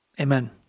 Amen